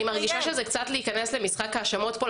אני מרגישה שזה קצת להיכנס למשחק האשמות פה.